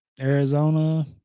Arizona